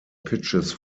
pitches